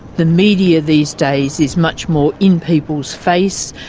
the media these days is much more in people's face,